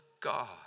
God